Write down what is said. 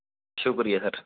शुक्रिया सर